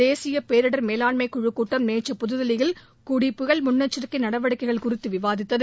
தேசிய பேரிடர் மேலாண்மை குழுக் கூட்டம் நேற்று புதுதில்லியில் கூடி புயல் முன்னெச்சரிக்கை நடவடிக்கைகள் குறித்து விவாதித்தது